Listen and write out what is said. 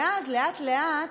ואז, לאט-לאט,